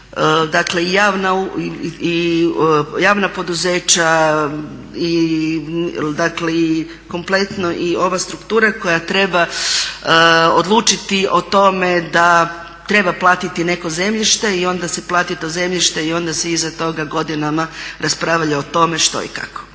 dakle i javna poduzeća i dakle i kompletno ova struktura koja treba odlučiti o tome da treba platiti neko zemljište i onda se plati to zemljište i onda se iza toga godinama raspravlja o tome što i kako.